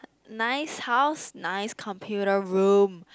nice house nice computer room